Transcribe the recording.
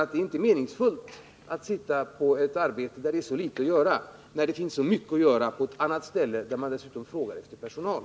Det kan ju inte vara meningsfullt med ett arbete där det finns så litet att göra när det finns andra arbeten där man har mycket att göra och där man dessutom frågar efter personal.